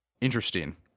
interesting